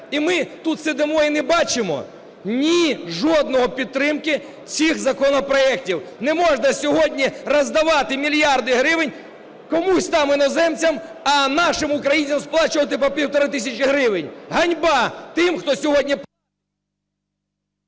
І ми тут сидимо - і не бачимо ні жодної підтримки цих законопроектів. Не можна сьогодні роздавати мільярди гривень комусь там, іноземцям, а нашим українцям сплачувати по 1,5 тисячі гривень. Ганьба тим, хто сьогодні...